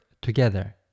together